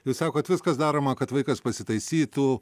jūs sakot viskas daroma kad vaikas pasitaisytų